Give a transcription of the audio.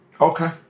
Okay